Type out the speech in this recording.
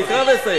אני אקרא ואסיים.